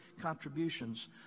contributions